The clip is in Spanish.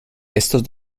estos